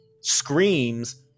screams